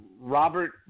Robert